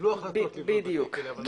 קיבלו החלטות לבנות בתי כלא, אבל לא בנו.